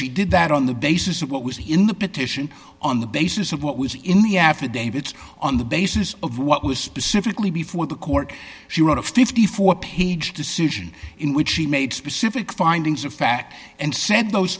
she did that on the basis of what was in the petition on the basis of what was in the affidavits on the basis of what was specifically before the court she wrote a fifty four page decision in which she made specific findings of fact and said those